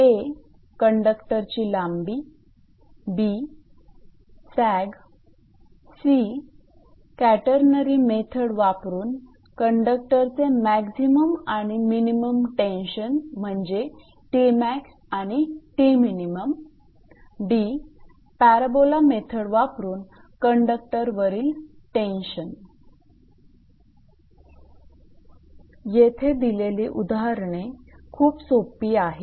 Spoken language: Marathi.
a कंडक्टरची लांबी b sag c catenary method वापरून कंडक्टरचे मॅक्झिमम आणि मिनिमम टेन्शन म्हणजे आणि d पॅराबोला मेथड वापरून कंडक्टरवरील टेन्शन येथे दिलेली उदाहरणे खूप सोपी आहेत